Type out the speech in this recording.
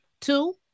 Two